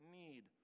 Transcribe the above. need